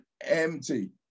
empty